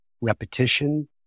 repetition